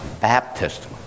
Baptist